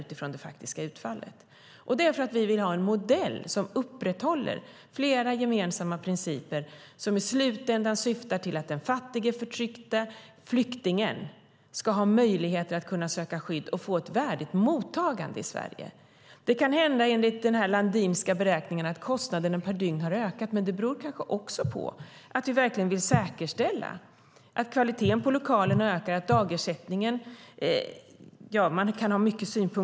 Vi vill ha en modell där man upprätthåller gemensamma principer som syftar till att den fattige förtryckte flyktingen ska ha möjligheter att söka skydd och få ett värdigt mottagande i Sverige. Det kan hända att kostnaderna, enligt den Landinska beräkningen, per dygn har ökat, men det kanske beror på att vi verkligen vill säkerställa att kvaliteten på lokalerna ökar, liksom på hälso och sjukvården och kommunernas mottagande.